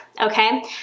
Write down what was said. okay